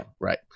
right